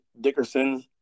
Dickerson